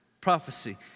prophecy